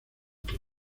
club